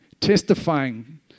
testifying